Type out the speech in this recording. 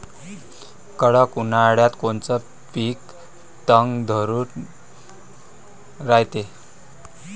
कडक उन्हाळ्यात कोनचं पिकं तग धरून रायते?